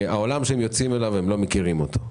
העולם שהם יוצאים אליו, הם לא מכירים אותו.